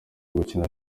gukina